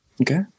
Okay